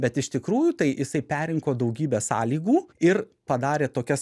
bet iš tikrųjų tai jisai perrinko daugybę sąlygų ir padarė tokias